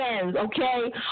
okay